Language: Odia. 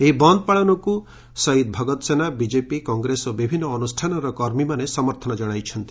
ଏହି ବନ୍ ପାଳନକୁ ଶହୀଦ ଭଗତ ସେନା ବିଜେପି କଂଗ୍ରେସ ଓ ବିଭିନ୍ନ ଅନୁଷ୍ଠାନର କର୍ମୀମାନେ ସମର୍ଥନ ଜଶାଇଛନ୍ତି